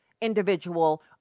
individual